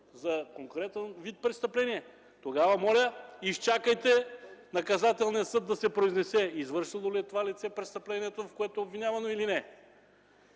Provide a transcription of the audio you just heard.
за конкретен вид престъпление, тогава, моля, изчакайте Наказателният съд да се произнесе извършило ли е това лице престъплението, в което е обвинявано, или не.